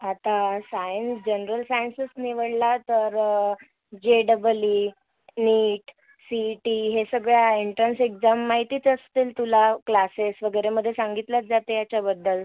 आता science general सायन्सच निवडला तर J double E NEET C E T हे सगळ्या एन्ट्रन्स एक्झाम माहितीच असतील तुला क्लासेस वगैरेमध्ये सांगितलंच जाते याच्याबद्दल